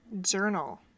journal